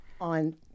on